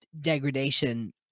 degradation